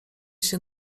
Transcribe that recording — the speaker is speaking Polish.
się